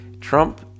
Trump